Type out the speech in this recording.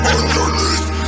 Underneath